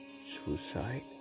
suicide